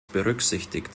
berücksichtigt